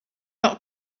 not